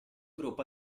gruppo